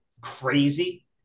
crazy